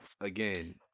Again